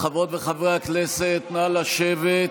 חברות וחברי הכנסת, נא לשבת.